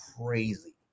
crazy